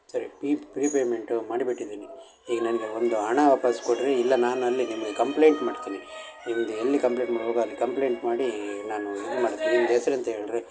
ಸರಿ pre payment ಮಾಡ್ಬಿಟ್ಟಿದೀನಿ ಈಗ ನನಗೆ ಒಂದು ಹಣ ವಾಪಸ್ ಕೊಡಿರಿ ಇಲ್ಲ ನಾನು ಅಲ್ಲಿ ನಿಮಗೆ ಕಂಪ್ಲೇಂಟ್ ಮಾಡ್ತೀನಿ ನಿಮ್ಮದು ಎಲ್ಲಿ ಕಂಪ್ಲೇಂಟ್ ಮಾಡಬೇಕೋ ಅಲ್ಲಿ ಕಂಪ್ಲೇಂಟ್ ಮಾಡಿ ನಾನು ಇದು ಮಾಡ್ತೀನಿ ನಿಮ್ದು ಹೆಸರು ಎಂತ ಹೇಳಿ ರೀ